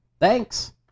Thanks